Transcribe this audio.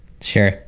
Sure